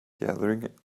gathering